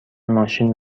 ماشین